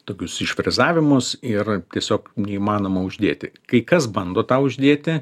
tokius išfrezavimus ir tiesiog neįmanoma uždėti kai kas bando tą uždėti